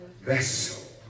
vessel